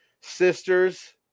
sisters